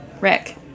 Rick